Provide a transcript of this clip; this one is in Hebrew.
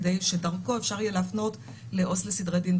כדי שדרכו אפשר יהיה להפנות לעובד סוציאלי לסדרי דין.